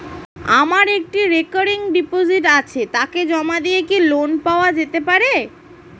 আমার একটি recurring deposit আছে তাকে জমা দিয়ে কি লোন পাওয়া যেতে পারে?